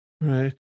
right